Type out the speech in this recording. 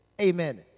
Amen